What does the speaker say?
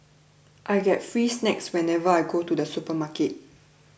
I get free snacks whenever I go to the supermarket